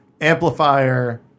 Amplifier